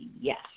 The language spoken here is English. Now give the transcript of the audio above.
yes